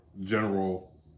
general